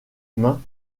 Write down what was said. main